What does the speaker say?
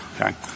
Okay